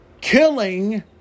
killing